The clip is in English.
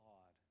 God